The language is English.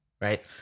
right